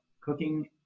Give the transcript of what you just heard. cooking